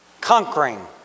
conquering